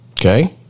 Okay